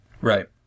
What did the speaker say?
right